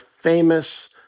famous